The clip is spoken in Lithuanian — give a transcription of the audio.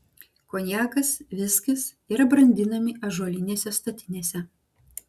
konjakas viskis yra brandinami ąžuolinėse statinėse